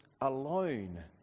alone